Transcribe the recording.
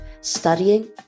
studying